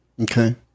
okay